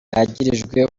yagirijwe